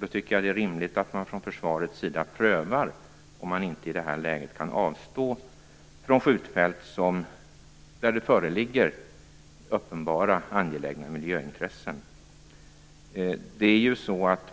Jag tycker att det är rimligt att man från försvarets sida prövar om man inte i det här läget kan avstå från skjutfält där det föreligger uppenbara angelägna miljöintressen.